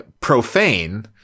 profane